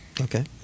okay